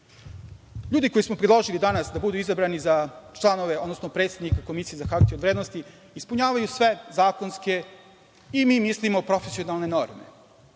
koje smo predložili danas da budu izabrani za članove, odnosno predsednika Komisije za hartije od vrednosti ispunjavaju sve zakonske i mislimo profesionalne norme.